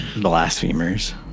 Blasphemers